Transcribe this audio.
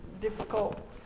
difficult